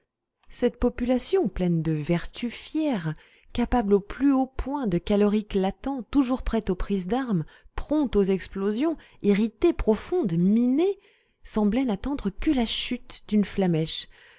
cette population pleine de vertu fière capable au plus haut point de calorique latent toujours prête aux prises d'armes prompte aux explosions irritée profonde minée semblait n'attendre que la chute d'une flammèche